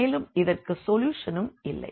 மேலும் இதற்கு சொல்யூஷனும் இல்லை